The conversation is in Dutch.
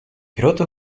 grote